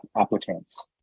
applicants